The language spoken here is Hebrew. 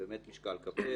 משקל כבד.